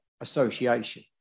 association